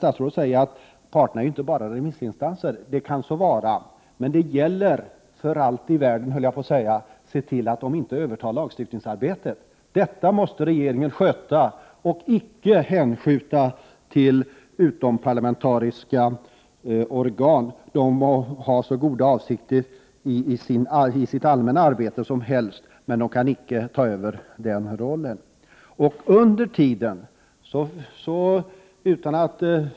Statsrådet säger vidare att parterna inte bara är remissinstanser. Det kan så vara. Men det gäller att för allt i världen se till att de inte övertar lagstiftningsarbetet! Det måste regeringen sköta och icke hänskjuta till utomparlamentariska organ. De må ha hur goda avsikter som helst i sitt allmänna arbete, men de kan icke ta över den rollen. Medan vi väntar jagas skrivbyråerna och trakasseras i en del fall.